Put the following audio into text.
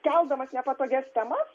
keldamas nepatogias temas